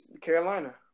Carolina